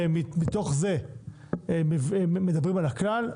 ומתוך זה מדברים על הכלל,